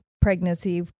pregnancy